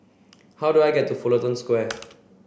how do I get to Fullerton Square